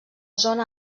zona